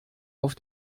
auf